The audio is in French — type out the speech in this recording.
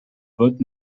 vote